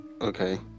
okay